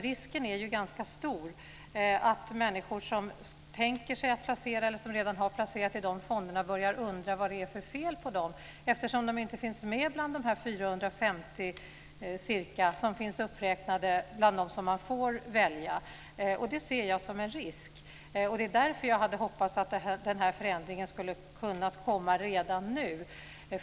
Risken är ganska stor att människor som tänker sig att placera, eller som redan har placerat, i de fonderna börjar undra vad det är för fel på dem eftersom de inte finns med bland de ca 450 fonder som räknas upp och som man får välja. Det ser jag som en risk. Därför hade jag hoppats att förändringen hade kunnat komma redan nu.